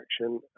action